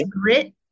grit